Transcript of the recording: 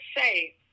say